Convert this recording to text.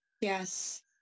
Yes